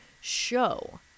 show